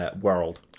world